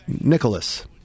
Nicholas